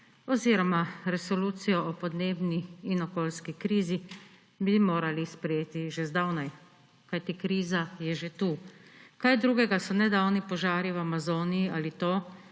oziroma resolucijo o podnebni in okoljski krizi bi morali sprejeti že zdavnaj, kajti kriza je že tu. Kaj drugega so nedavni požari v Amazoniji ali to,